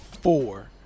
four